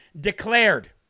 declared